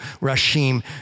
Rashim